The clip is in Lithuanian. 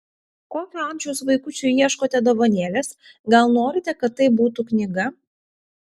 kokio amžiaus vaikučiui ieškote dovanėlės gal norite kad tai būtų knyga